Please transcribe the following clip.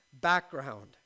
background